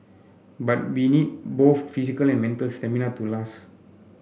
but we need both physical and mental stamina to last